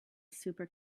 super